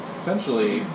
essentially